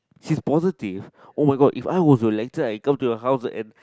she's positive oh my god if I was your lecturer I come to your house and